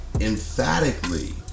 emphatically